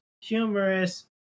humorous